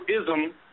ism